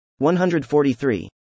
143